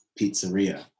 pizzeria